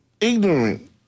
ignorant